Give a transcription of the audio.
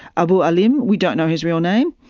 abu alim, we don't know his real name,